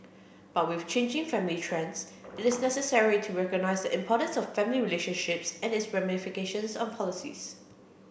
but with changing family trends it is necessary to recognise importance of family relationships and its ramifications on policies